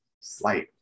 Slight